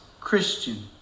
Christian